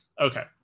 Okay